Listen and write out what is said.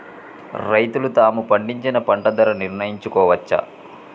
రైతులు తాము పండించిన పంట ధర నిర్ణయించుకోవచ్చా?